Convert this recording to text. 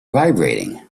vibrating